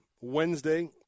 Wednesday